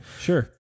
Sure